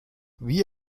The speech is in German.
wie